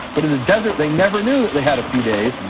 but in the desert they never knew that they had a few days,